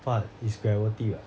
but it's gravity [what]